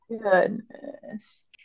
Goodness